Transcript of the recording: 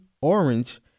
orange